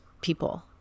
people